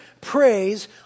praise